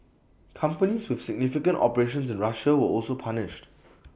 companies with significant operations in Russia were also punished